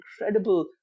incredible